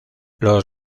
los